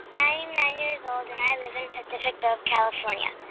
i'm nine years old, and i live in pacifica, calif. um yeah